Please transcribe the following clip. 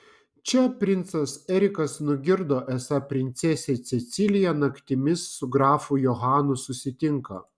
čia princas erikas nugirdo esą princesė cecilija naktimis su grafu johanu susitinka